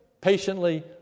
patiently